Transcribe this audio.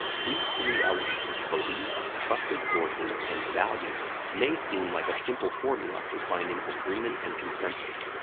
these three elements beliefs trusted sources, and values may seem like a simple formula for finding agreement and consensus.